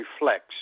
reflects